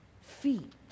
feet